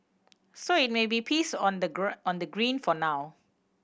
so it may be peace on the on the green for now